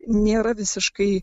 nėra visiškai